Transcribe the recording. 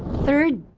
third,